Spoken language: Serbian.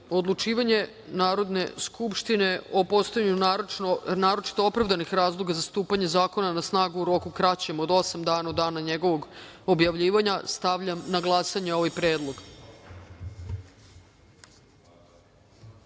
načelu. Odlučivanje Narodne skupštine o postojanju naročito opravdanih razloga za stupanje zakona na snagu u roku kraćem od od osam dana od dana njegovog objavljivanja. Stavljam na glasanje ovaj